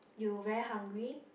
you very hungry